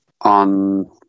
on